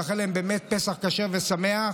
לאחל להם פסח כשר ושמח,